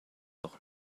auch